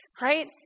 right